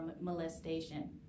molestation